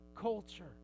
culture